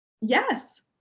Yes